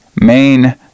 main